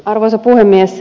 arvoisa puhemies